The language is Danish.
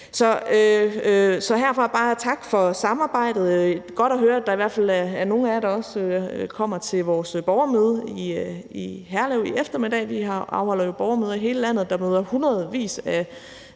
Så herfra bare tak for samarbejdet. Det er godt at høre, at der i hvert fald er nogle af jer, der også kommer til vores borgermøde i Herlev i eftermiddag. Vi afholder jo borgermøder i hele landet. Der møder hundredvis af